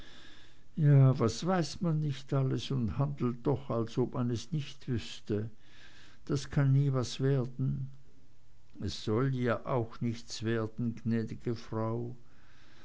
ja was weiß man nicht alles und handelt doch als ob man es nicht wüßte das kann nie was werden es soll ja auch nichts werden gnäd'ge frau